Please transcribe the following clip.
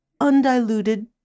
undiluted